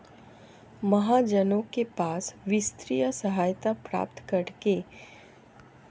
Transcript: महाजनों के पास वित्तीय सहायता प्राप्त करने के लिए धरोहर के रूप में वे गहने जमा करते थे